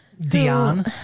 Dion